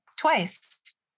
twice